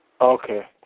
Okay